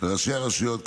ולראשי הרשויות,